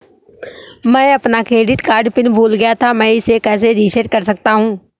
मैं अपना credit card pin भूल गया था मैं इसे कैसे रीसेट कर सकता हूँ?